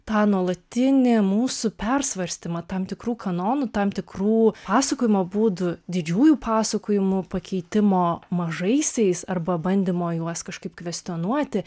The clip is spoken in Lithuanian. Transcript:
tą nuolatinį mūsų persvarstymą tam tikrų kanonų tam tikrų pasakojimo būdų didžiųjų pasakojimų pakeitimo mažaisiais arba bandymo juos kažkaip kvestionuoti